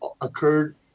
occurred